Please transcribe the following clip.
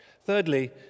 Thirdly